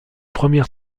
première